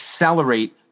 accelerate